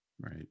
right